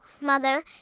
mother